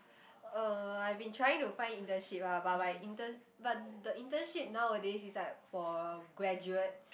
uh I've been trying to find internship ah but my intern but the internship nowadays is like for graduates